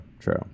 True